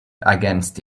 against